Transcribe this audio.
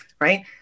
right